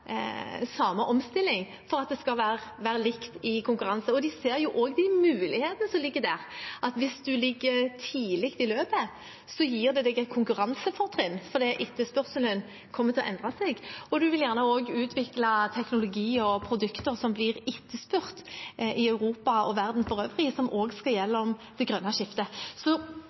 for at de skal stille likt i konkurransen. De ser jo også de mulighetene som ligger der – at hvis de ligger tidligst i løpet, gir det dem et konkurransefortrinn fordi etterspørselen kommer til å endre seg, og de vil gjerne også utvikle teknologi og produkter som blir etterspurt i Europa og verden for øvrig, som også skal igjennom det grønne skiftet. Så